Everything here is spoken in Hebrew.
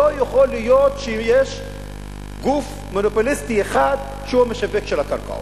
לא יכול להיות שיש גוף מונופוליסטי אחד שהוא המשווק של הקרקעות,